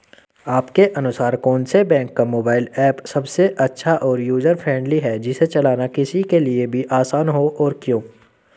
आपके अनुसार कौन से बैंक का मोबाइल ऐप सबसे अच्छा और यूजर फ्रेंडली है जिसे चलाना किसी के लिए भी आसान हो और क्यों?